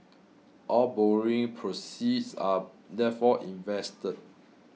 all borrowing proceeds are therefore invested